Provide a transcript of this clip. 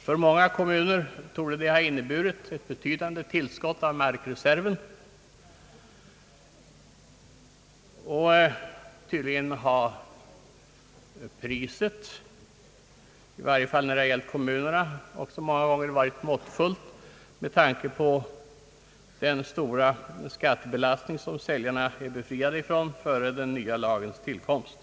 För många kommuner torde det ha inneburit ett betydande tillskott av markreserver, och tydligen har priset, i varje fall när det gällt kommunerna, också många gånger varit måttligt med tanke på den stora skattebelastning som säljarna är befriade från före den nya lagens tillkomst.